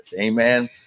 Amen